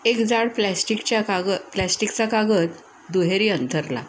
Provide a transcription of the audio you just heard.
एक जाड प्लॅस्टिकच्या काग प्लॅस्टिकचा कागद दुहेरी अंथरला